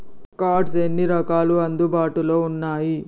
Cards ఎన్ని రకాలు అందుబాటులో ఉన్నయి?